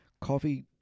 Coffee